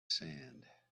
sand